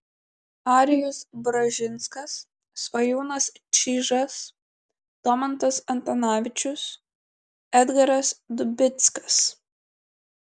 arijus bražinskas svajūnas čyžas domantas antanavičius edgaras dubickas